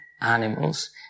animals